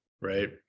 Right